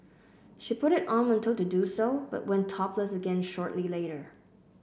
she put it on when told to do so but went topless again shortly later